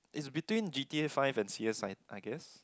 is between G_T_A five and C_S I I guess